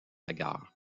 gare